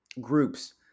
groups